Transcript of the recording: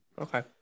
okay